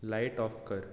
light off कर